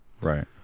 Right